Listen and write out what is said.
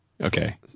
Okay